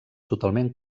totalment